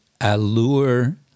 Allure